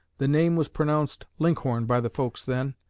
the name was pronounced linkhorn by the folks then.